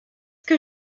que